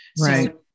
right